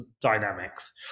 dynamics